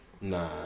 Nah